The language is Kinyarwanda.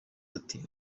ati